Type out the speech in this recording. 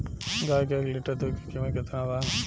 गाय के एक लीटर दुध के कीमत केतना बा?